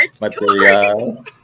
material